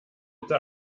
bitte